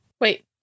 Wait